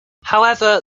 however